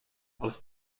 aus